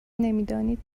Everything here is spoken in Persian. نمیدانید